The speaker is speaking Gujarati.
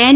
એન